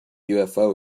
ufo